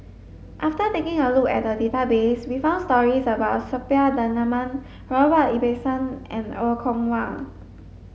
after taking a look at the database we found stories about Suppiah Dhanabalan Robert Ibbetson and Er Kwong Wah